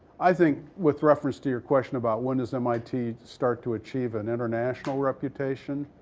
i think, with reference to your question about when does mit start to achieve an international reputation,